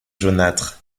jaunâtres